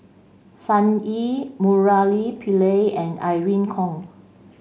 Sun Yee Murali Pillai and Irene Khong